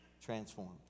transformed